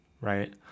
right